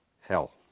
hell